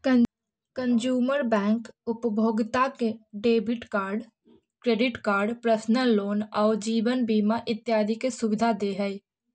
consumer bank उपभोक्ता के debit card, credit card, personal loan आउ जीवन बीमा इत्यादि के सुविधा दे हइ